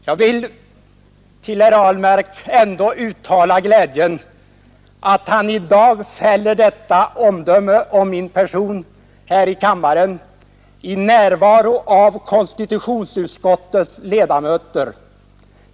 Jag vill till herr Ahlmark ändå uttala glädjen att han i dag fäller detta omdöme om min person här i kammaren i närvaro av konstitutionsutskottets ledamöter.